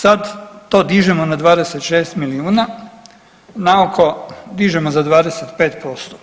Sad to dižemo na 26 milijuna, na oko dižemo za 25%,